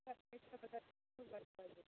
एकरा ठीकसँ प्रदर्शनी कऽ लैत छी